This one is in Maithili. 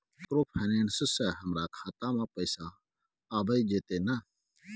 माइक्रोफाइनेंस से हमारा खाता में पैसा आबय जेतै न?